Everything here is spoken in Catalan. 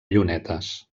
llunetes